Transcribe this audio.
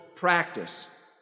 practice